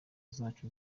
zacu